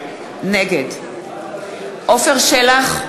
נגד עפר שלח,